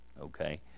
Okay